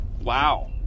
Wow